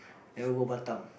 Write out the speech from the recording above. never go Batam